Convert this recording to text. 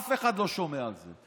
אף אחד לא שומע על זה.